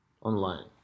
online